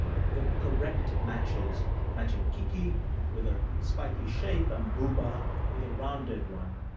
the correct matches matching kiki with a spiky shape and bouba with a rounded one,